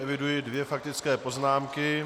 Eviduji dvě faktické poznámky.